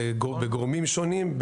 בגורמים שונים,